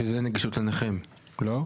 שזה נגישות לנכים, לא?